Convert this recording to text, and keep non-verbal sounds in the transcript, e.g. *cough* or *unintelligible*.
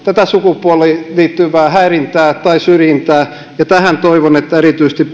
sukupuoleen liittyvää häirintää tai syrjintää ja tähän toivon erityisesti *unintelligible*